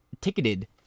ticketed